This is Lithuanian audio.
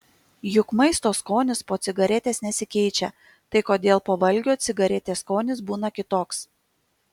juk maisto skonis po cigaretės nesikeičia tai kodėl po valgio cigaretės skonis būna kitoks